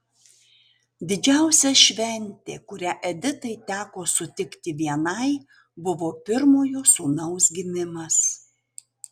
didžiausia šventė kurią editai teko sutikti vienai buvo pirmojo sūnaus gimimas